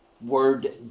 word